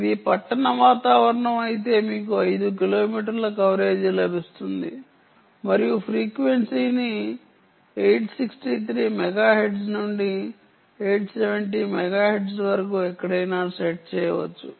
ఇది పట్టణ వాతావరణం అయితే మీకు 5 కిలోమీటర్ల కవరేజ్ లభిస్తుంది మరియు ఫ్రీక్వెన్సీని 863 మెగాహెర్ట్జ్ నుండి 870 మెగాహెర్ట్జ్ వరకు ఎక్కడైనా సెట్ చేయవచ్చు